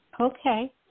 Okay